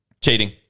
Cheating